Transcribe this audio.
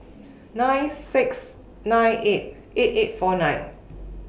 nine six nine eight eight eight four nine